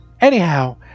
Anyhow